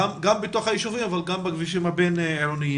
גם בתוך יישובים אבל גם ביישובים הבין-עירוניים.